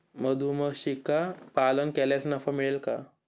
मधुमक्षिका पालन केल्यास नफा मिळेल का?